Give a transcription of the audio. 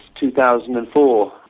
2004